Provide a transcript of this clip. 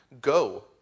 go